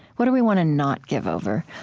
what do we want to not give over?